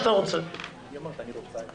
גידול מאוד גדול בהוצאות שעליהן אין שיפוי.